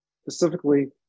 specifically